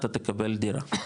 אתה תקבל דירה,